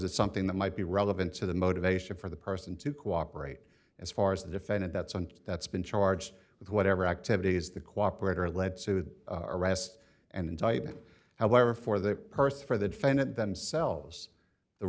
it's something that might be relevant to the motivation for the person to cooperate as far as the defendant that's and that's been charged with whatever activities that cooperate or lead to the arrest and indictment however for the person for the defendant themselves the